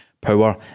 power